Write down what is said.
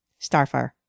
Starfire